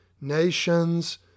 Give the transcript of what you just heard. nations